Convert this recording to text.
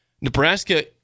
Nebraska